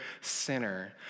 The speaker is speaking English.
sinner